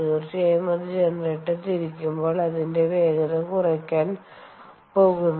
തീർച്ചയായും അത് ജനറേറ്റർ തിരിക്കുമ്പോൾ അതിന്റെ വേഗത കുറയാൻ പോകുന്നു